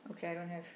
okay I don't have